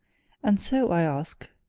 and so i ask,